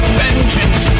vengeance